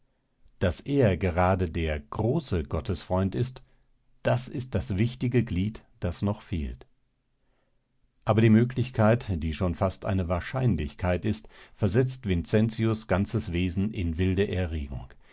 daß er gerade der große gottesfreund ist das ist das wichtige glied das noch fehlt aber die möglichkeit die schon fast eine wahrscheinlichkeit ist versetzt vincentius ganzes wesen in wilde erregung